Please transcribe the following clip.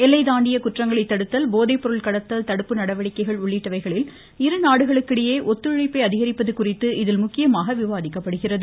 எல்லை தாண்டிய குற்றங்களைத் தடுத்தல் போதைப்பொருள் கடத்தல் தடுப்பு நடவடிக்கைகள் இருநாடுகளுக்கிடையே ஒத்துழைப்பை அதிகரிப்பது குறித்து இதில் முக்கியமாக விவாாதிக்கப்படுகிறது